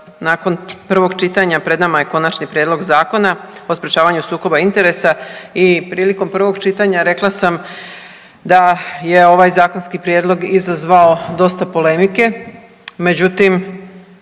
nakon prvog čitanja pred nama je Konačni prijedlog zakona o sprječavanju sukoba interesa i prilikom prvog čitanja rekla sam da je ovaj zakonski prijedlog izazvao dosta polemike.